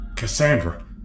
Cassandra